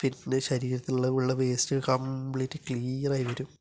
പിന്നെ ശരീരത്തിലുള്ള ഉള്ള വേസ്റ്റ് കംപ്ലീറ്റ് ക്ളീയറായി വരും